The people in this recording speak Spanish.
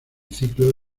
ciclo